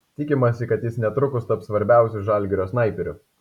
tikimasi kad jis netrukus taps svarbiausiu žalgirio snaiperiu